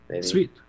Sweet